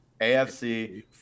AFC